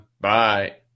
Bye